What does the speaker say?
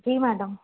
जी madam